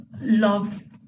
love